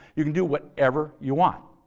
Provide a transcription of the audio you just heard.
you can do whatever you want.